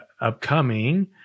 upcoming